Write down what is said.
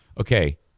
okay